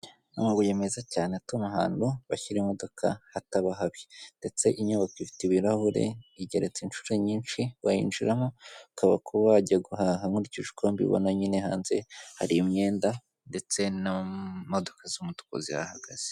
Amabuye meza cyane atuma ahantu bashyira imodoka hataba habi ndetse inyubako ifite ibirahure, igeretse inshuro nyinshi, wayinjiramo, ukaba kuba wajya guhaha nkurikije uko mbibona nyine hanze hari imyenda ndetse n'imodoka z'umutuku zihahagaze.